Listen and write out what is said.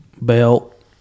Belt